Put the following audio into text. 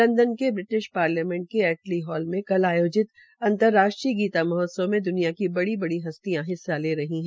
London की British parliament के Attlee Hall मे कहल आयोहित अंतराष्ट्रीय गीता महोत्सव मे द्निया की बड़ी बड़ी हस्तियां हिस्सा ले रही है